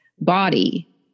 body